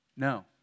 No